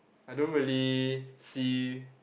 I don't really see